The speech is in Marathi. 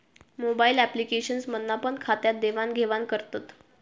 मोबाईल अॅप्लिकेशन मधना पण खात्यात देवाण घेवान करतत